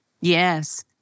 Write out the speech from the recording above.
Yes